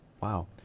Wow